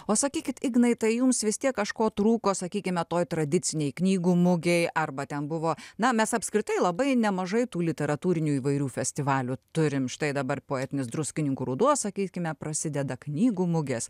o sakykit ignai tai jums vis tiek kažko trūko sakykime toj tradicinėj knygų mugėj arba ten buvo na mes apskritai labai nemažai tų literatūrinių įvairių festivalių turim štai dabar poetinis druskininkų ruduo sakykime prasideda knygų mugės